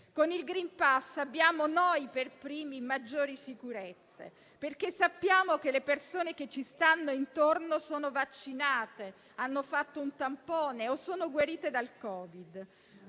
Con il *green* *pass* abbiamo noi per primi maggiori sicurezze, perché sappiamo che le persone che ci stanno intorno sono vaccinate, hanno fatto un tampone o sono guarite dal Covid.